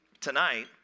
tonight